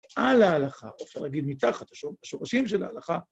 על ההלכה, אפשר להגיד, מתחת לשורשים של ההלכה.